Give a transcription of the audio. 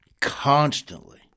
constantly